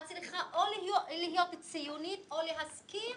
את צריכה או להיות ציונית או להסכים